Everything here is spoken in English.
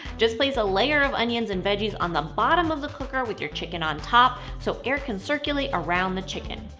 just place a layer of onions and veggies on the bottom of the cooker with your chicken on top so air can circulate around the chicken.